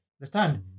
understand